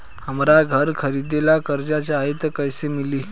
हमरा घर खरीदे ला कर्जा चाही त कैसे मिली?